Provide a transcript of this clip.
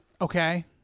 Okay